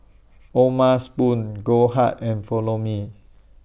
O'ma Spoon Goldheart and Follow Me